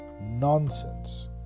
Nonsense